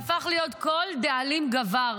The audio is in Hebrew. זה הפך להיות, כל דאלים גבר.